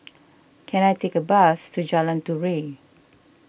can I take a bus to Jalan Turi